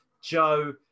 joe